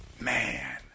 Man